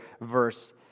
verse